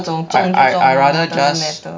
so I I I rather just